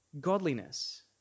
godliness